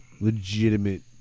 legitimate